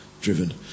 driven